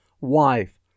wife